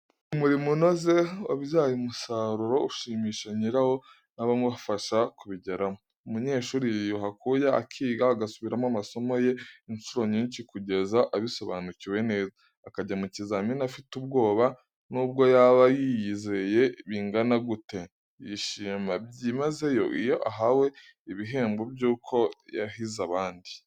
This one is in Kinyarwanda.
Umurimo unoze wabyaye umusaruro ushimisha nyirawo n'abamufashije kubigeraho. Umunyeshuri yiyuha akuya akiga, agasubiramo amasomo ye inshuro nyinshi, kugeza abisobanukiwe neza, akajya mu kizamini afite ubwoba n'ubwo yaba yiyizeye bingana gute! Yishima byimazeyo iyo ahawe ibihembo by'uko yahize abandi.